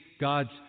God's